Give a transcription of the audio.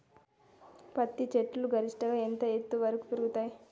పత్తి చెట్లు గరిష్టంగా ఎంత ఎత్తు వరకు పెరుగుతయ్?